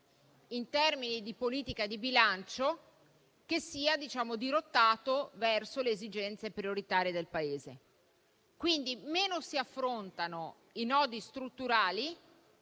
in termini di politica di bilancio, che sia dirottato verso le esigenze prioritarie del Paese stesso. Quindi, meno si affrontano i nodi strutturali